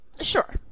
Sure